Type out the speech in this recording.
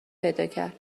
پیداکرد